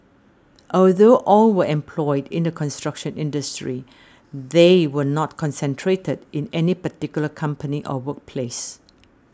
although all were employed in the construction industry they were not concentrated in any particular company or workplace